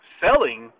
selling